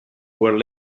were